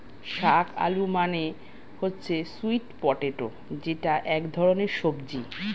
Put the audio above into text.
শাক আলু মানে হচ্ছে স্যুইট পটেটো যেটা এক ধরনের সবজি